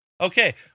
Okay